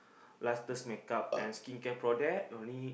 lastest make up and skin care product only